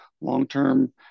long-term